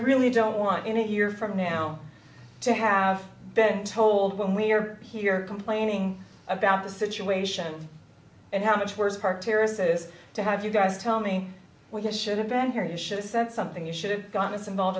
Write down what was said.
really don't want in a year from now to have been told when we are here complaining about the situation and how much worse part here is to have you guys tell me we should have been here it should a sense something you should have got us involved